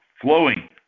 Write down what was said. flowing